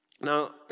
Now